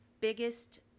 biggest